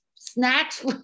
snacks